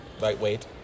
Lightweight